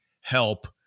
help